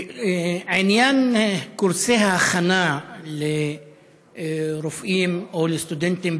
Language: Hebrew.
עניין קורסי ההכנה לרופאים או לסטודנטים